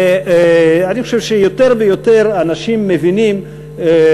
ואני חושב שיותר ויותר אנשים מבינים,